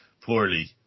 poorly